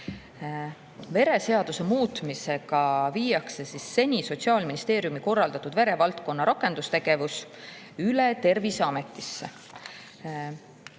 Vereseaduse muutmisega viiakse seni Sotsiaalministeeriumi korraldatud verevaldkonna rakendustegevus üle Terviseametisse.